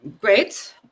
great